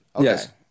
yes